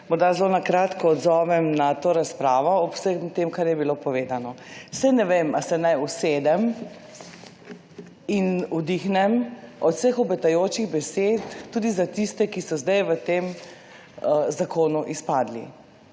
zelo kratko odzovem na to razpravo, ob vsem tem, kar je bilo povedano. Saj ne vem, ali se naj usedem in vdihnem od vseh obetajočih besed, tudi za tiste, ki so zdaj v tem zakonu izpadli